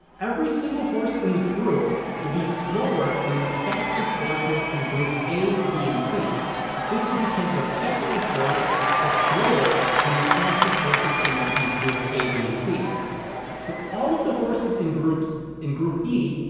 every single horse in this group will be slower than the fastest horses in groups a, b, and c this is because the fastest horse was slower than the fastest horses in these groups a, b, and c so all of the horses in groups, in group e,